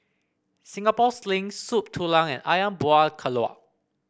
Singapore Sling Soup Tulang and ayam Buah Keluak